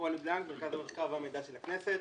רוני בלנק, מרכז המחקר והמידע של הכנסת.